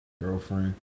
girlfriend